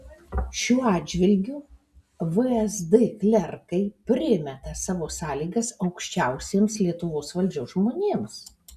šiuo atžvilgiu vsd klerkai primeta savo sąlygas aukščiausiems lietuvos valdžios žmonėms